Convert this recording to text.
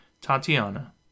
Tatiana